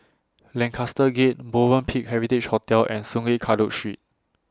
Lancaster Gate Movenpick Heritage Hotel and Sungei Kadut Street